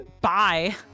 bye